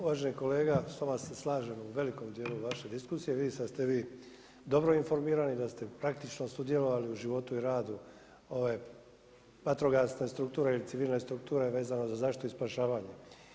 Uvaženi kolega, s vama se slažem u velikom dijelu vaše diskusije, vidi se da ste vi dobro informirani da ste praktično sudjelovali u životu i radu vatrogastva, civilne strukture vezano za zaštitu i spašavanje.